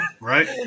right